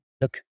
Look